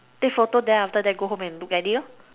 take photo then after that go home and look at it